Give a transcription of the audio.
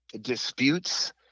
disputes